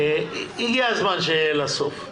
הגיע הזמן שיהיה לה סוף.